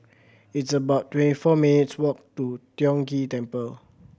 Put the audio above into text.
it's about twenty four minutes' walk to Tiong Ghee Temple